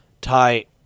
tight